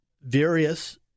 various